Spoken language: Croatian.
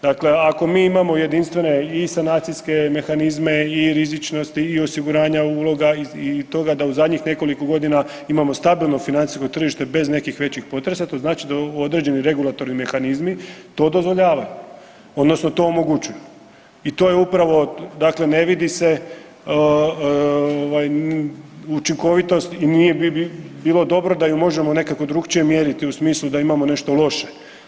Dakle, ako mi imamo jedinstvene i sanacijske mehanizme i rizičnosti i osiguranja uloga i toga da u zadnjih nekoliko godina imamo stabilno financijsko tržište bez nekih većih potresa, to znači da određeni regulatorni mehanizmi to dozvoljavaju odnosno to omogućuju i to je upravo, dakle ne vidi se ovaj učinkovitost i nije bilo dobro da ju možemo nekako drukčije mjeriti u smislu da imamo nešto loše.